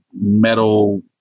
metal